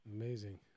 Amazing